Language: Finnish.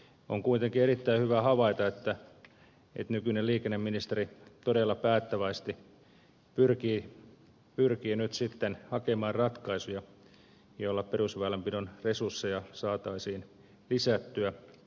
on kuitenkin erittäin hyvä havaita että nykyinen liikenneministeri todella päättäväisesti pyrkii nyt sitten hakemaan ratkaisuja joilla perusväylänpidon resursseja saataisiin lisättyä